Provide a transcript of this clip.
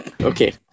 Okay